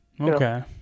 Okay